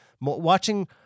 Watching